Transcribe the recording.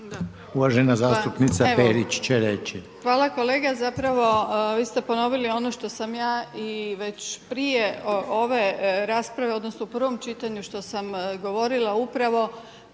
Grozdana (HDZ)** Pa evo, hvala kolege. Zapravo vi ste ponovili ono što sam ja i već prije ove rasprave, odnosno u prvom čitanju što sam govorila upravo